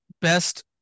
best